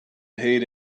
paid